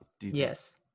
yes